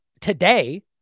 today